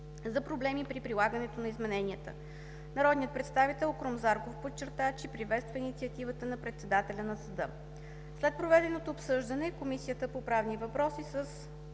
за проблеми при прилагането на измененията. Народният представител Крум Зарков подчерта, че приветства инициативата на председателя на съда. След проведеното обсъждане Комисията по правни въпроси с